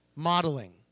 Modeling